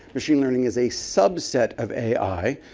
machine learning is a subset of ai,